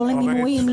לא למינויים,